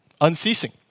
unceasing